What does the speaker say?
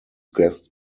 guest